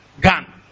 gun